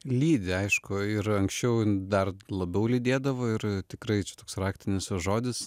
lydi aišku ir anksčiau dar labiau lydėdavo ir tikrai čia toks raktinis žodis